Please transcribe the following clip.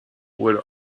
would